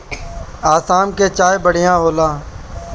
आसाम के चाय बड़ा बढ़िया होला